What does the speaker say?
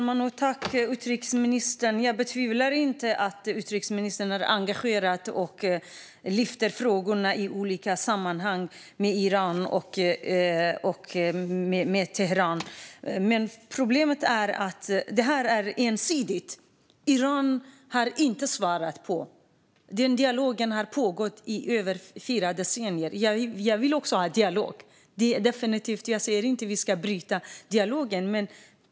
Fru talman! Jag betvivlar inte att utrikesministern är engagerad och tar upp frågorna i olika sammanhang med Iran och Teheran. Problemet är att det är ensidigt. Iran har inte svarat, och den här dialogen har pågått i över fyra decennier. Jag vill också ha dialog. Jag säger definitivt inte att vi ska avbryta dialogen.